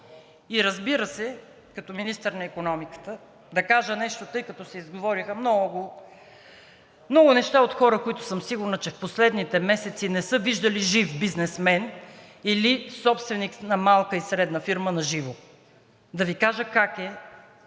и разбира се, като министър на икономиката да кажа нещо, тъй като се изговориха много неща от хора, които съм сигурна, че в последните месеци не са виждали жив бизнесмен или собственик на малка и средна фирма на живо. Да Ви кажа как е